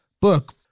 book